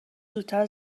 زودتر